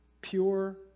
Pure